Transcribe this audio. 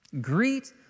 Greet